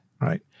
right